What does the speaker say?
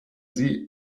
sie